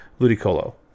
Ludicolo